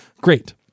Great